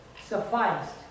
sufficed